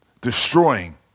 destroying